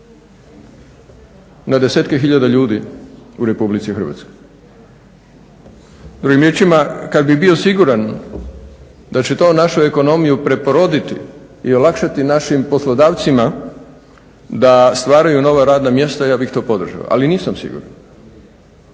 na desetke hiljada ljudi u Republici Hrvatskoj. Drugim riječima, kad bi bio siguran da će to našu ekonomiju preporoditi i olakšati našim poslodavcima da stvaraju nova radna mjesta ja bih to podržao, ali nisam siguran.